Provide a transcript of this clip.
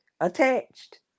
attached